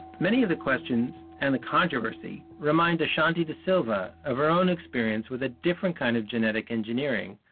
many of the questions, and the controversy, remind ashanthi de silva of her own experience with a different kind of genetic engineering,